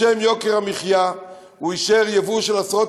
בשם יוקר המחיה הוא אישר יבוא של עשרות